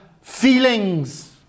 feelings